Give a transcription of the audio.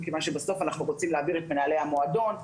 מכיוון שבסוף אנחנו רוצים להעביר את מנהלי המועדון.